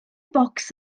bocs